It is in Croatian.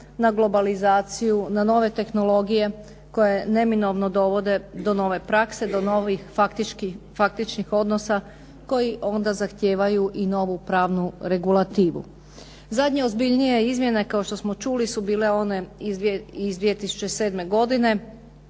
na globalizaciju, na nove tehnologije koje neminovno dovode do nove prakse, do novih faktičnih odnosa koji onda zahtijevaju i novu pravnu regulativu. Zadnje ozbiljnije izmjene kao što smo čuli su bile one iz 2007. godine